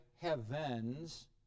heavens